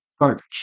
garbage